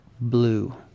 blue